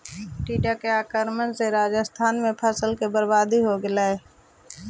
टिड्डा के आक्रमण से राजस्थान में फसल के बर्बादी होलइ